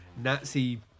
Nazi